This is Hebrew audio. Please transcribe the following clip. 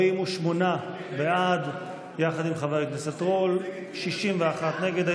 48 בעד, יחד עם חבר הכנסת רול, 61 נגד.